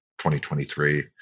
2023